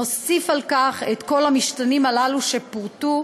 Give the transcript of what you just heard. נוסיף על כך את כל המשתנים הללו שפורטו,